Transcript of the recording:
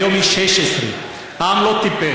והיום היא 16. העם לא טיפש.